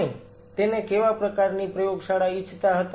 તમે તેને કેવા પ્રકારની પ્રયોગશાળા ઇચ્છતા હતા